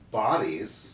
bodies